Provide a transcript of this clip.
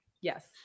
Yes